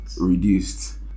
reduced